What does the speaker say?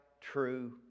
true